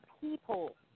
people